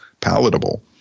palatable